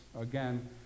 again